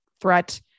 threat